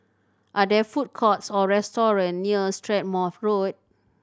are there food courts or restaurant near Strathmore Road